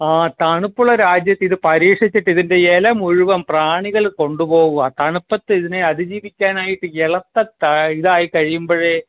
ആ തണുപ്പുള്ള രാജ്യത്തിത് പരീക്ഷിച്ചിട്ടിതിൻ്റെ ഇല മുഴുവൻ പ്രാണികള് കൊണ്ടുപോകുവാണ് തണുപ്പത്തിതിനെ അതിജീവിക്കാനായിട്ട് എളത്ത താ ഇതായിക്കഴിയ്മ്പഴേ